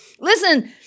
Listen